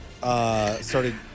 Started